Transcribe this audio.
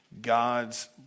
God's